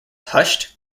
hushed